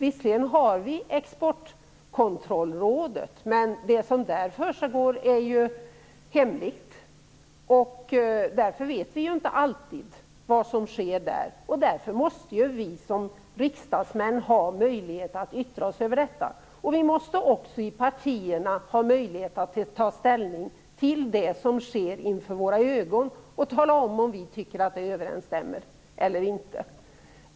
Visserligen har vi Exportkontrollrådet, men det som försiggår där är hemligt, och därför vet vi inte alltid vad som sker där. Så vi riksdagsmän måste ha möjlighet att yttra oss om detta, och vi måste också i partierna ha möjlighet att ta ställning till det som sker inför våra ögon och säga om vi tycker att det överensstämmer eller inte.